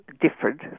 different